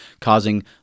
causing